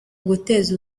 guteza